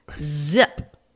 zip